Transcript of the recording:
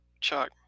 Chuck